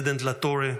President Lattore,